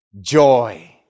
joy